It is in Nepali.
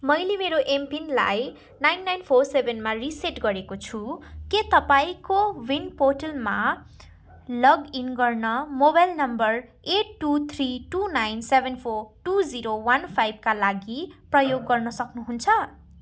मैले मेरो एमपिनलाई नाइन नाइन फोर सेभेनमा रिसेट गरेको छु के तपाईँ कोविन पोर्टलमा लगइन गर्न mobile number eight two three two nine seven four two zero one फाइभका लागि प्रयोग गर्न सक्नुहुन्छ